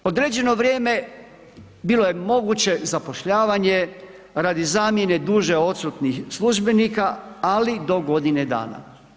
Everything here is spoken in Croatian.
Određeno vrijeme bilo je moguće zapošljavanje radi zamjene duže odsutnih službenika, ali do godine dana.